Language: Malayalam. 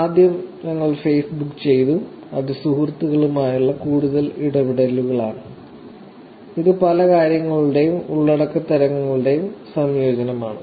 ആദ്യം ഞങ്ങൾ ഫേസ്ബുക്ക് ചെയ്തു അത് സുഹൃത്തുക്കളുമായുള്ള കൂടുതൽ ഇടപെടലുകളാണ് ഇത് പല കാര്യങ്ങളുടെയും ഉള്ളടക്ക തരങ്ങളുടെയും സംയോജനമാണ്